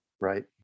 Right